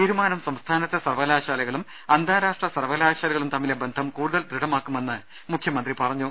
തീരുമാനം സംസ്ഥാനത്തെ സർവ്വകലാശാലകളും അന്താരാഷ്ട്ര സർവ്വകലാശാലകളും തമ്മിലെ ബന്ധം കൂടുതൽ ദൃഡമാക്കുമെന്ന് മുഖ്യമന്ത്രി പറഞ്ഞു